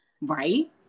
right